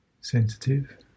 sensitive